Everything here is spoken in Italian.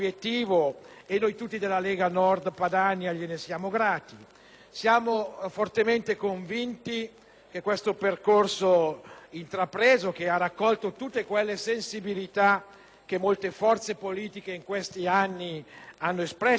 Siamo fortemente convinti che questo percorso intrapreso, che ha raccolto tutte quelle sensibilità che molte forze politiche in questi anni hanno espresso sull'argomento della semplificazione, sia quello giusto.